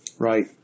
Right